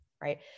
right